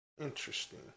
Interesting